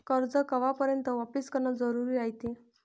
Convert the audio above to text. कर्ज कवापर्यंत वापिस करन जरुरी रायते?